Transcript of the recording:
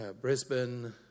Brisbane